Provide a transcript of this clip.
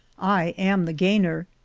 i am the gainer.